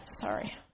Sorry